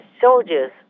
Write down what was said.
soldiers